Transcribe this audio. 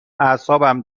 اعصابم